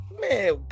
Man